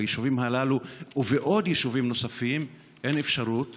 ביישובים הללו ובעוד יישובים אין אפשרות